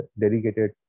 dedicated